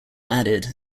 added